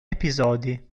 episodi